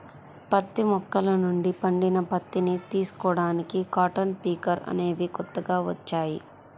పత్తి మొక్కల నుండి పండిన పత్తిని తీసుకోడానికి కాటన్ పికర్ అనేవి కొత్తగా వచ్చాయి